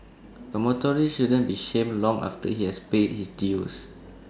A motorist shouldn't be shamed long after he has paid his dues